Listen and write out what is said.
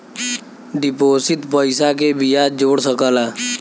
deposit पइसा के बियाज जोड़ सकला